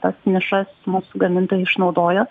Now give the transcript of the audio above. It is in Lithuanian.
tas nišas mūsų gamintojai išnaudojo